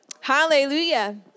Hallelujah